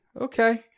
okay